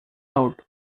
out